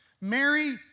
Mary